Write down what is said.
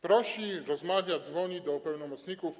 Prosi, rozmawia, dzwoni do pełnomocników.